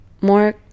more